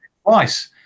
Twice